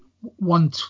one